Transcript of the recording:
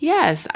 Yes